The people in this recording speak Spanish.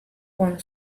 con